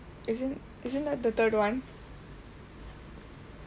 isn't isn't that the third one